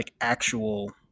actual